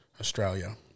Australia